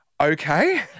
okay